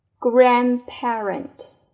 Grandparent